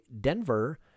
Denver